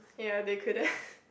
ya they couldn't